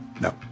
No